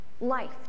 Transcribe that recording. Life